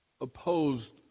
opposed